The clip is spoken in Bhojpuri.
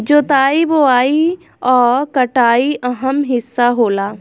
जोताई बोआई आ कटाई अहम् हिस्सा होला